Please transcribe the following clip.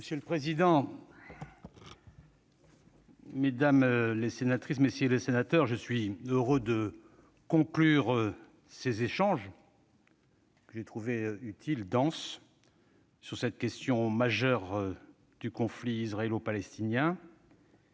Monsieur le président, mesdames, messieurs les sénateurs, je suis heureux de conclure ces échanges, que j'ai trouvés utiles et denses, sur la question majeure du conflit israélo-palestinien,